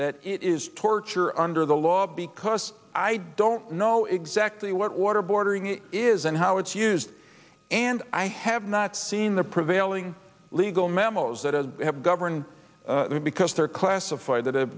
that it is torture under the law because i don't know exactly what waterboarding it is and how it's used and i have not seen the prevailing legal memos that has govern because they're classified th